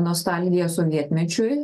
nostalgiją sovietmečiui